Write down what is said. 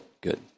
Good